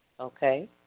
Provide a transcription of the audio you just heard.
Okay